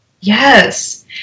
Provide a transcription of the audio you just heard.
Yes